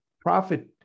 profit